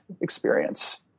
experience